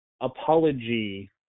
apology